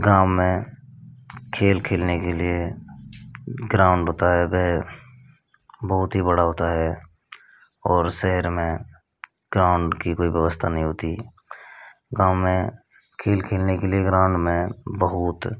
ग्राम में खेल खेलने के लिए ग्राउंड होता है बहुत ही बड़ा होता है और शहर में ग्राउंड की कोई व्यवस्था नहीं होती गाँव में खेल खेलने के लिए ग्राउंड में बहुत